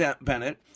Bennett